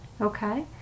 Okay